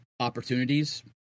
Opportunities